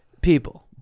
People